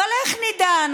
אבל איך אנחנו נדע?